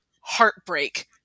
Heartbreak